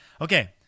Okay